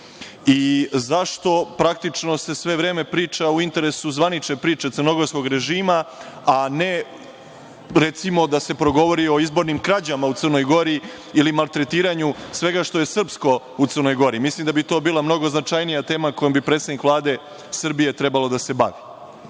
Gori? Zašto se sve vreme priča u interesu zvaničnih priča crnogorskog režima, a ne da se progovori o izbornim krađama u Crnoj Gori ili maltretiranju svega što je srpsko u Crnoj Gori? Mislim da bi to bila mnogo značajnija tema o kojoj bi predsednik Vlade Srbije trebao da se